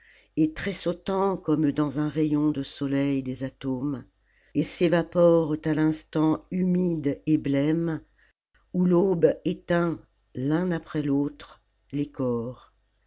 et tressautant comme dans un rayon de soleil des atomes et s'évaporent à l'instant humide et blême où l'aube éteint l'un après l'autre les cors